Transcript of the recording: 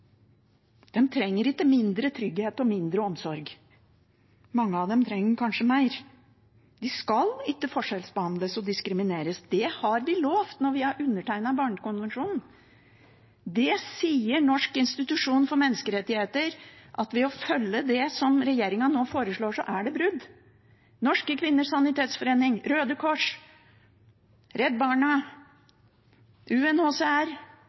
trenger ikke mindre trygghet og mindre omsorg. Mange av dem trenger kanskje mer. De skal ikke forskjellsbehandles og diskrimineres. Det har vi lovet når vi har undertegnet barnekonvensjonen. Det sier Norges institusjon for menneskerettigheter, at ved å følge det regjeringen nå foreslår, er det brudd. Norske Kvinners Sanitetsforening, Røde Kors, Redd Barna,